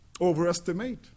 overestimate